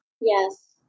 Yes